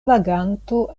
vaganto